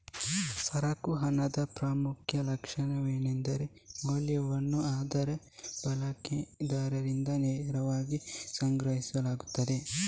ಸರಕು ಹಣದ ಪ್ರಮುಖ ಲಕ್ಷಣವೆಂದರೆ ಮೌಲ್ಯವನ್ನು ಅದರ ಬಳಕೆದಾರರಿಂದ ನೇರವಾಗಿ ಗ್ರಹಿಸಲಾಗುತ್ತದೆ